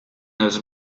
els